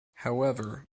however